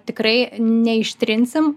tikrai neištrinsim